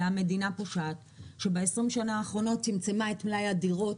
אלא המדינה פושעת שב-20 שנה האחרונות צמצמה את מלאי הדירות